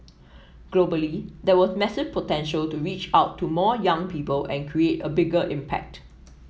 globally there was massive potential to reach out to more young people and create a bigger impact